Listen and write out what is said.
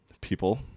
people